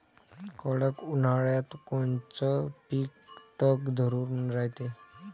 कडक उन्हाळ्यात कोनचं पिकं तग धरून रायते?